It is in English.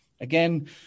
again